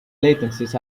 latencies